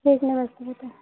ठीक नमस्ते बेटा